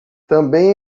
também